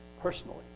personally